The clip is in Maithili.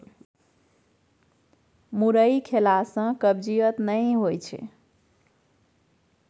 मुरइ खेला सँ कब्जियत नहि होएत छै